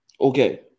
Okay